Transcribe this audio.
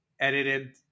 edited